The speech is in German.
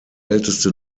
älteste